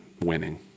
winning